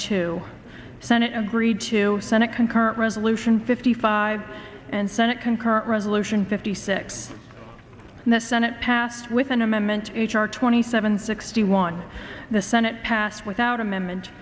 two senate agreed to senate concurrent resolution fifty five and senate concurrent resolution fifty six and the senate passed with an amendment h r twenty seven sixty one the senate passed without amendment